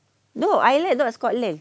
no ireland not scotland